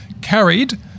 carried